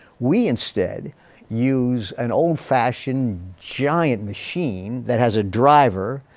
we instead use an old fashioned giant machine that has a driver,